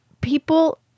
people